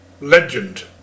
Legend